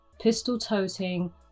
pistol-toting